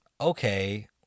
okay